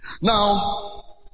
Now